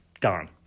gone